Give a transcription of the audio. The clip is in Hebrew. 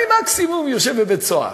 אני מקסימום יושב בבית-סוהר.